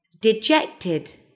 dejected